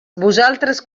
vosaltres